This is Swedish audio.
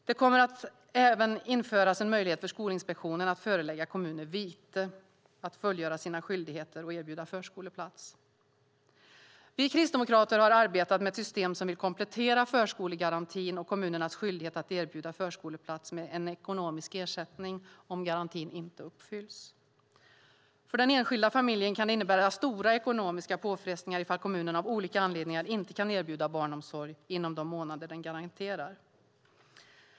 Det kommer även att införas en möjlighet för Skolinspektionen att vid vite förelägga kommuner att fullgöra sin skyldighet att erbjuda förskoleplats. Vi kristdemokrater har arbetat med ett system som vill komplettera förskolegarantin och kommunernas skyldighet att erbjuda förskoleplats med en ekonomisk ersättning om garantin inte uppfylls. För den enskilda familjen kan det innebära stora ekonomiska påfrestningar ifall kommunen av olika anledningar inte kan erbjuda barnomsorg inom de månader den garanterar.